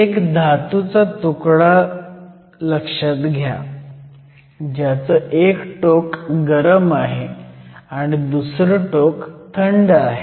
एक धातूचा तुकडा लक्षात घ्या ज्याचं एक टोक गरम आहे आणि दुसरं टोक थंड आहे